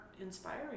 inspiring